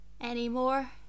anymore